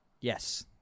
Yes